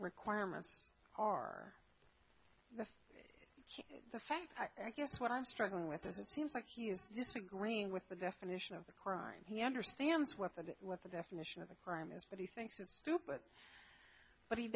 requirements are the fact i guess what i'm struggling with is it seems like he is disagreeing with the definition of the crime he understands what that weapon definition of the crime is but he thinks it's stupid but he